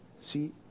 See